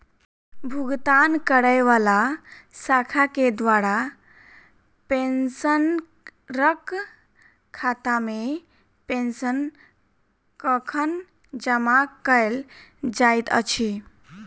भुगतान करै वला शाखा केँ द्वारा पेंशनरक खातामे पेंशन कखन जमा कैल जाइत अछि